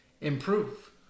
improve